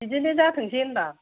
बिदिनो जाथोंसै होनदों आं